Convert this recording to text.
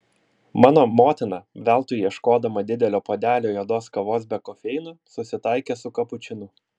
mano motina veltui ieškodama didelio puodelio juodos kavos be kofeino susitaikė su kapučinu